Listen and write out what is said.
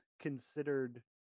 considered